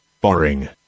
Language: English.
Boring